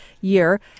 year